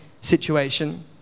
situation